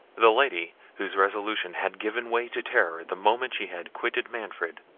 the lady, whose resolution had given way to terror the moment she had quitted manfred,